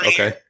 Okay